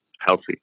healthy